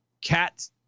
Cat